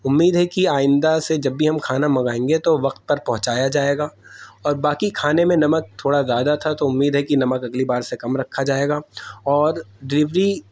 امید ہے کہ آئندہ سے جب بھی ہم کھانا منگائیں گے تو وقت پر پہنچایا جائے گا اور باقی کھانے میں نمک تھوڑا زیادہ تھا تو امید ہے کہ نمک اگلی بار سے کم رکھا جائے گا اور ڈلیوری